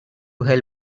hell